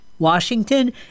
Washington